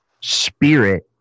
spirit